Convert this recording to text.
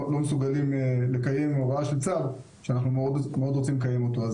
מסוגלים לקיים הוראה של צו שאנחנו מאוד רוצים לקיים אותו.